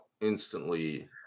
instantly